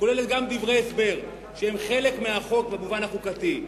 יש גם דברי הסבר, שהם חלק מהחוק במובן החוקתי.